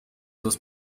dos